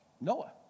Noah